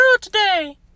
today